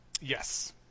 Yes